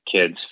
kids